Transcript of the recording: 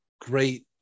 great